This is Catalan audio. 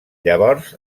llavors